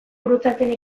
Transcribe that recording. gurutzatzen